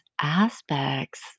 aspects